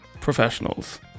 professionals